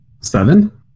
seven